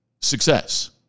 success